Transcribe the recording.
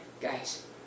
guys